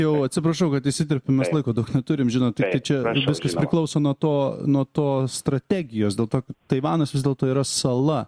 jau atsiprašau kad įsiterpiu mes laiko turim žinot tai tai čia viskas priklauso nuo to nuo to strategijos dėl to taivanas vis dėlto yra sala